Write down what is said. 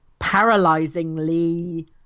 paralyzingly